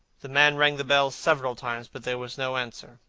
the man rang the bell several times, but there was no answer.